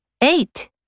Eight